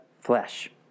flesh